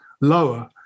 lower